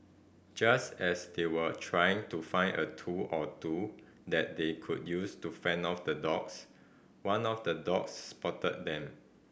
just as they were trying to find a tool or two that they could use to fend off the dogs one of the dogs spotted them